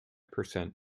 percent